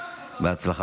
(מחיאות כפיים) בהצלחה.